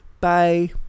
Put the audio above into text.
Bye